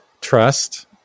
trust